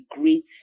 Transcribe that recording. great